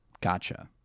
Gotcha